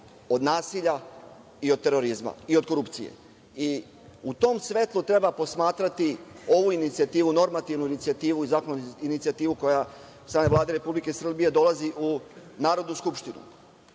od nasilja, od terorizma i od korupcije i u tom svetlu treba posmatrati ovu inicijativu, normativnu inicijativu i zakonsku inicijativu, koja od strane Vlade Republike Srbije dolazi u Narodnu skupštinu.U